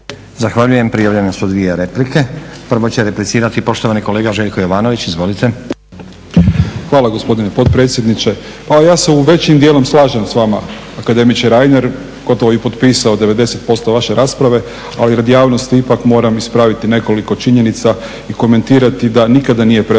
Zahvaljujem. Prijavljene su dvije replike. Prvo će replicirati poštovani kolega Željko Jovanović. Izvolite. **Jovanović, Željko (SDP)** Hvala gospodine potpredsjedniče. Pa ja se većim dijelom slažem s vama akademiče Reiner, gotovo bih potpisao 90% vaše rasprave, ali radi javnosti ipak moram ispraviti nekoliko činjenica i komentirati da nikada nije prestalo